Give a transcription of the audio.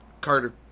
Carter